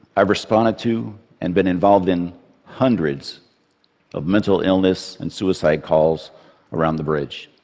i've responded to and been involved in hundreds of mental illness and suicide calls around the bridge.